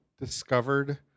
discovered